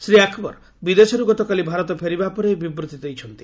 ଶ୍ରୀ ଆକବର ବିଦେଶରୁ ଗତକାଲି ଭାରତ ଫେରିବା ପରେ ଏହି ବିବୃଭି ଦେଇଛନ୍ତି